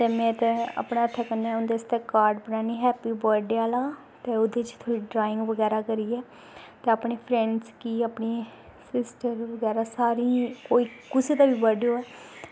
ते कन्नै अपने हत्थें कन्नै उं'दे आस्तै कार्ड बनाने हैप्पी बर्थ डे आह्ला ते ओह्दे बिच ड्राइंग करियै ते अपने फ्रैंड्स गी सिस्टर गी सारियें गी कुसै दी बी बर्थ डे होऐ